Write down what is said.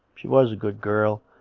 she was a good girl.